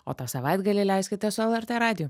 o tą savaitgalį leiskite su lrt radiju